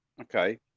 Okay